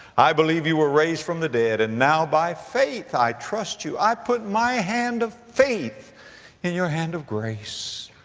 i believe you were raised from the dead, and now by faith i trust you. i put my hand of faith in your hand of grace.